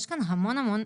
יש כאן המון